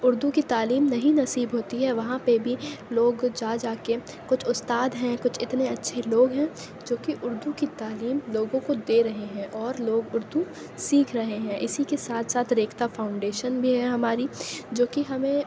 اُردوکی تعلیم نہیں نصیب ہوتی ہے وہاں پہ بھی لوگ جا جا کے کچھ اُستاد ہیں کچھ اتنے اچھے لوگ ہیں جو کہ اُردو کی تعلیم لوگوں کو دے رہے ہیں اور لوگ اُردو سیکھ رہے ہیں اِسی کے ساتھ ساتھ ریختہ فاؤنڈیشن بھی ہے ہماری جو کہ ہمیں